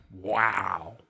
Wow